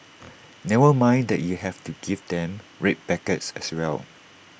never mind that you have to give them red packets as well